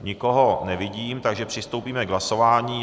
Nikoho nevidím, takže přistoupíme k hlasování.